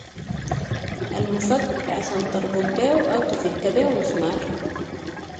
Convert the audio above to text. المفك عشان تربط بيهو او تفك بيهو مسمار.